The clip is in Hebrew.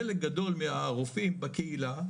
חלק גדול מהרופאים בקהילה,